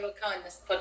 kindness